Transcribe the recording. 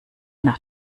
nach